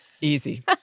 Easy